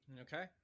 Okay